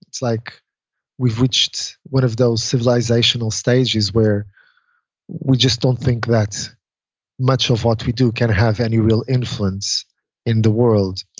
it's like we've reached one of those civilizational stages where we just don't think that much of what we do can have any real influence in the world.